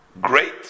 great